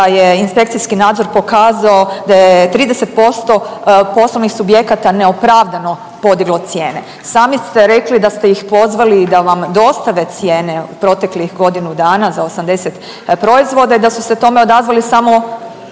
je inspekcijski nadzor pokazao 30% poslovnih subjekata neopravdano podiglo cijene. Sami ste rekli da ste ih pozvali da vam dostave cijene u proteklih godinu dana za 80 proizvoda i da su se tome odazvali samo